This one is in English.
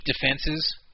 defenses